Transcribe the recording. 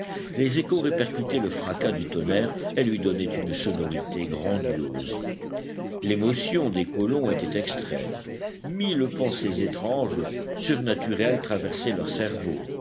les échos répercutaient le fracas du tonnerre et lui donnaient une sonorité grandiose l'émotion des colons était extrême mille pensées étranges surnaturelles traversaient leur cerveau